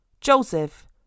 Joseph